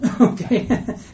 okay